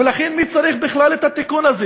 ולכן, מי צריך בכלל את התיקון הזה?